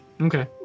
Okay